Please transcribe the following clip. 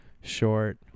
short